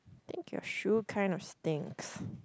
think your shoe kind of stinks